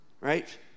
Right